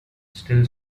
still